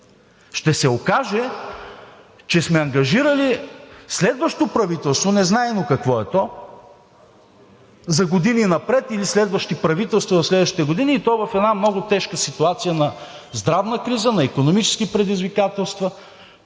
ще се окаже, че сме ангажирали следващото правителство – незнайно какво е то, за години напред или следващи правителства в следващите години, и то в една много тежка ситуация на здравна криза, на икономически предизвикателства,